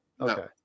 Okay